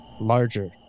larger